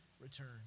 return